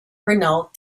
renault